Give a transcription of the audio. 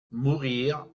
mourir